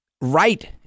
right